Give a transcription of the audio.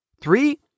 Three